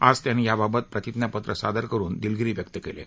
आज त्यांनी याबाबत प्रतिज्ञापत्र सादर करुन दिलगिरी व्यक्त केलीय